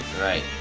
right